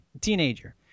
teenager